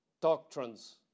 doctrines